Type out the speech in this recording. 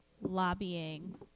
lobbying